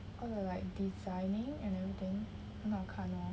all the like designing and everything 很好看 lor